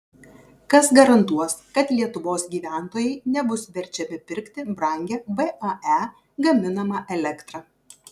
kas garantuos kad lietuvos gyventojai nebus verčiami pirkti brangią vae gaminamą elektrą